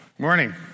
morning